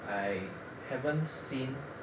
I haven't seen